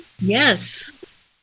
yes